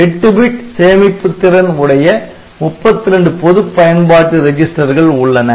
8 bit சேமிப்பு திறன் உடைய 32 பொதுப் பயன்பாட்டு ரெஜிஸ்டர்கள் உள்ளன